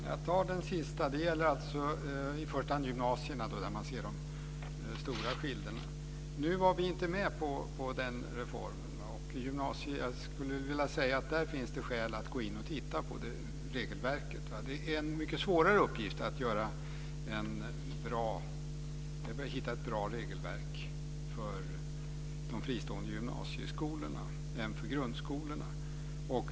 Herr talman! Först den sista frågan. Det är i första hand beträffande gymnasierna som man ser de stora skillnaderna. Vi var inte med på reformen i fråga. Jag skulle vilja säga att det finns skäl att titta på gymnasiernas regelverk. Det är en mycket svårare uppgift att hitta ett bra regelverk för de fristående gymnasieskolorna än för grundskolorna.